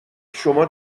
شما